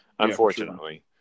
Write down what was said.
Unfortunately